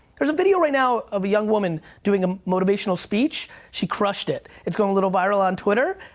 there's a video right now of a young woman doing a motivational speech. she crushed it, it's going a little viral on twitter.